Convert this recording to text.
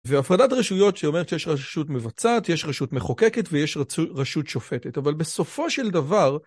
והפרדת רשויות שאומרת שיש רשות מבצעת, יש רשות מחוקקת, ויש רשות שופטת. אבל בסופו של דבר...